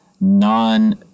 non